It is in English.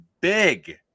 Big